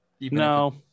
No